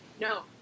No